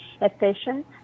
efficient